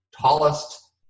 tallest